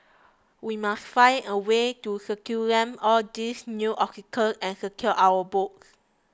we must find a way to circumvent all these new obstacles and secure our votes